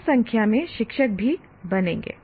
कम संख्या में शिक्षक भी बनेंगे